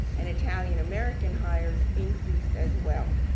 an italian-american hires increased as well.